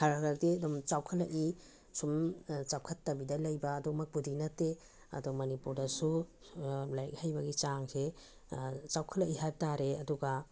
ꯈꯔ ꯈꯔꯗꯤ ꯑꯗꯨꯝ ꯆꯥꯎꯈꯠꯂꯛꯏ ꯁꯨꯝ ꯆꯥꯎꯈꯠꯇꯕꯤꯗ ꯂꯩꯕ ꯑꯗꯨꯃꯛꯄꯨꯗꯤ ꯅꯠꯇꯦ ꯑꯗꯣ ꯃꯅꯤꯄꯨꯔꯗꯁꯨ ꯂꯥꯏꯔꯤꯛ ꯍꯩꯕꯒꯤ ꯆꯥꯡꯁꯦ ꯆꯥꯎꯈꯠꯂꯛꯏ ꯍꯥꯏꯕ ꯇꯥꯔꯦ ꯑꯗꯨꯒ